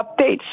updates